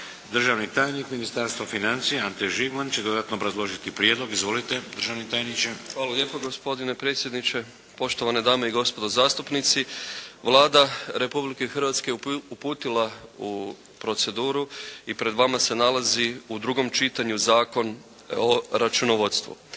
Državni tajnik ministarstva financija Ante Žigman će dodatno obrazložiti prijedlog. Izvolite državni tajniče. **Žigman, Ante** Hvala lijepo gospodine predsjedniče, poštovane dame i gospodo. Vlada Republike Hrvatske uputila je u proceduru i pred vama se nalazi u drugom čitanju Zakon o računovodstvu.